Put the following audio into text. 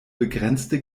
begrenzte